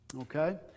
Okay